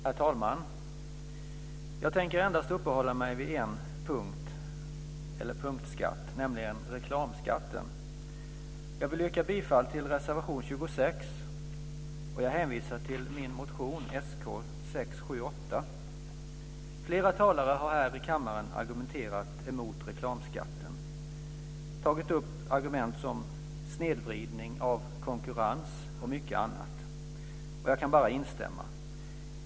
Herr talman! Jag tänker endast uppehålla mig vid en punktskatt, nämligen reklamskatten. Jag vill yrka bifall till reservation 26, och jag hänvisar till min motion Sk678. Flera talare har här i kammaren argumenterat emot reklamskatten och tagit upp argument som snedvridning av konkurrens och mycket annat. Jag kan bara instämma.